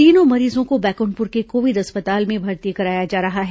तीनों मरीजों को बैकुंठपुर के कोविड अस्पताल में भर्ती कराया जा रहा है